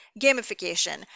gamification